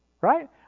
right